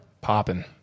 Popping